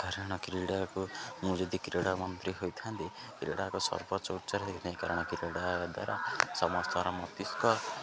କାରଣ କ୍ରୀଡ଼ାକୁ ମୁଁ ଯଦି କ୍ରୀଡ଼ା ମନ୍ତ୍ରୀ ହୋଇଥାନ୍ତି କ୍ରୀଡ଼ାକୁ ସର୍ବୋଚ୍ଚ ଉଚ୍ଚରେ ହେଇ ନାହିଁ କାରଣ କ୍ରୀଡ଼ା ଦ୍ୱାରା ସମସ୍ତର ମସ୍ତିଷ୍କ